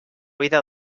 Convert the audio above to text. vida